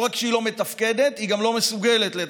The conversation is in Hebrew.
לא רק שהיא לא מתפקדת, היא גם לא מסוגלת לתפקד.